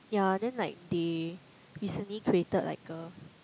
yeah then like they recently created like a